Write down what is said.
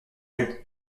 rue